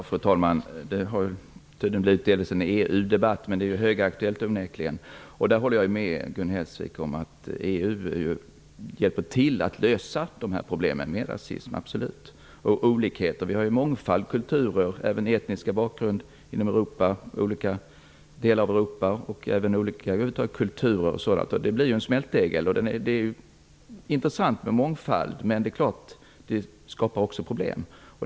Fru talman! Det här har tydligen utvecklats till en EU-debatt, som ju onekligen är högaktuell. Jag håller med Gun Hellsvik om att EU absolut hjälper till att lösa problemen med rasism och olikheter. Vi har en mångfald av kulturer, olika etnisk bakgrund för folken och olika kulturer i Europa så att det blir en smältdegel. Det är intressant med mångfald, men det skapar också problem.